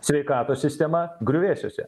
sveikatos sistema griuvėsiuose